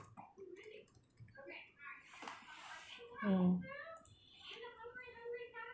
mm